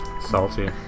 salty